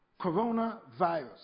coronavirus